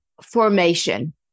Formation